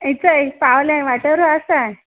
यें चय पावलें वाटेरूं आसा